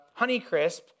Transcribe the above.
Honeycrisp